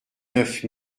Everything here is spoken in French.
neuf